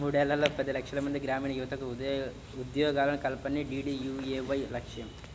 మూడేళ్లలో పది లక్షలమంది గ్రామీణయువతకు ఉద్యోగాల కల్పనే డీడీయూఏవై లక్ష్యం